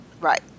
Right